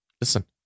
listen